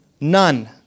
None